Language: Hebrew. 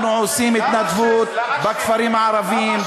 אנחנו עושים התנדבות בכפרים הערביים,